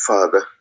Father